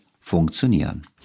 funktionieren